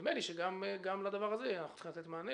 נדמה לי שגם לדבר הזה אנחנו צריכים לתת מענה,